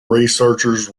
researchers